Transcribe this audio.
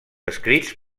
escrits